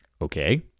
Okay